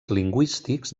lingüístics